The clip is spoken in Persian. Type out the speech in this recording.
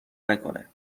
نکنه